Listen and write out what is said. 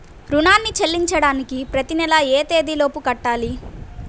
రుణాన్ని చెల్లించడానికి ప్రతి నెల ఏ తేదీ లోపు కట్టాలి?